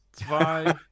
zwei